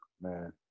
Man